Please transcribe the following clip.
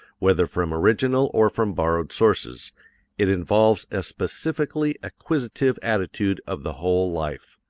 whether from original or from borrowed sources it involves a specifically acquisitive attitude of the whole life.